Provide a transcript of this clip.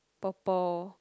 purple